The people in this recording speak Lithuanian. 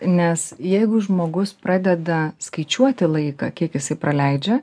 nes jeigu žmogus pradeda skaičiuoti laiką kiek jisai praleidžia